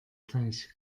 teich